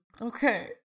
Okay